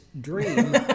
dream